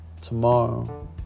tomorrow